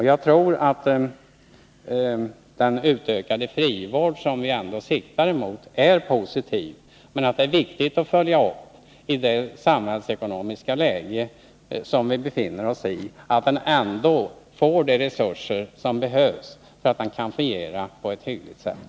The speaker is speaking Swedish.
Jag tror att den utökade frivård som vi ändå siktar emot är positiv, men att det i det samhällsekonomiska läge som vi befinner oss i är viktigt att följa upp att den ändå får de resurser som behövs för att den skall fungera på ett hyggligt sätt.